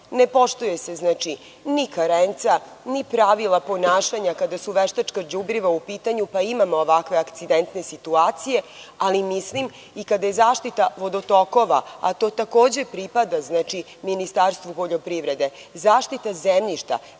ne poštuju se ni karenca, ni pravila ponašanja, kada su veštačka đubriva upitanju, pa imamo ovakve incidente, ali mislim, kada je zaštita vodotokova, a to takođe pripada Ministarstvu poljoprivrede, zaštita zemljišta,